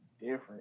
different